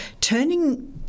turning